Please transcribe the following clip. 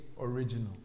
original